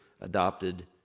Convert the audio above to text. adopted